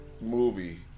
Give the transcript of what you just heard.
movie